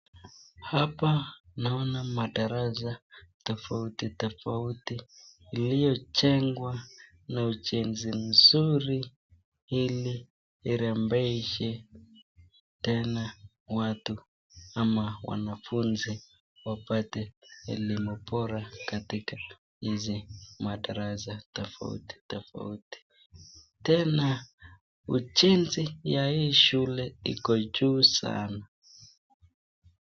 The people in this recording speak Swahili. Hapa naona madarasa tofauti tofauti iliyojengwa na ujenzi mzuri ili irembeshe, tena watu ama wanafunzi wapate elimu bora katika hizi madarasa tofauti tofauti tena ujenzi wa hii shule iko juu sana.